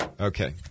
Okay